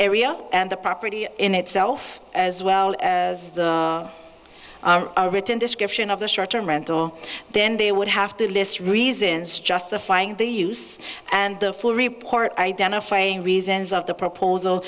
area and the property in itself as well written description of the short term rental then they would have to list reasons justifying the use and the full report identifying reasons of the proposal